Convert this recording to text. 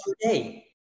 today